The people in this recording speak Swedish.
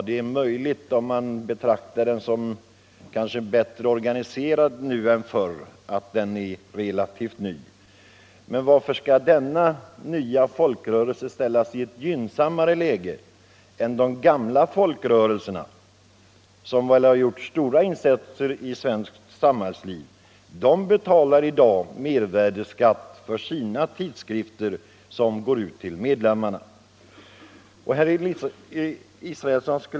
Det är möjligen riktigt, om man menar att den numera är bättre organiserad än tidigare.